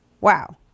Wow